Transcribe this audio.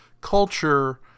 culture